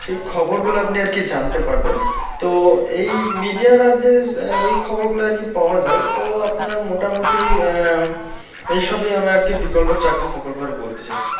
সেই খবরগুলো আপনি আর কি জানতে পারবেন তো এই মিডিয়ার রাজ্যে এই খবরগুলো আর কি পাওয়া যায় তো আপনার মোটামুটি এই সবেই আমি আর কি বিকল্প চাকরির প্রকল্প হবে বলতে চাই